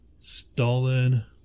Stalin